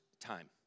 time